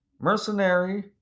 mercenary